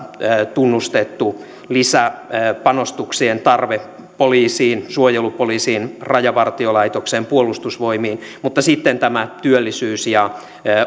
tunnustettu lisäpanostuksien tarve poliisiin suojelupoliisiin rajavartiolaitokseen puolustusvoimiin mutta sitten tämä työllisyys ja